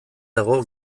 dago